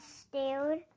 stared